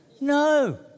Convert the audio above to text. No